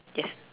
yes